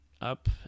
up